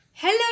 Hello